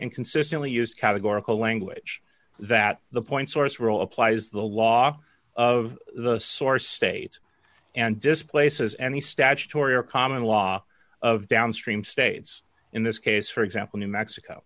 and consistently used categorical language that the point source rule applies the law of the source states and displaces any statutory or common law of downstream states in this case for example new mexico